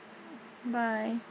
bye